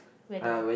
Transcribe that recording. wedding